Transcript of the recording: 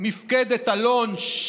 מפקדת אלון,